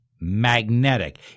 magnetic